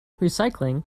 recycling